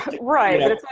Right